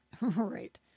Right